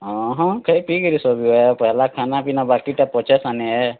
ଖାଇ ପିଇ କିରି ସଭେ ଅ ପହେଲା ଖାନାପିନା ବାକିଟା ପଛେ ସିନେ ହେଁ